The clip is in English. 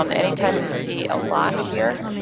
um anytime you see a lock here,